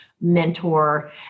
mentor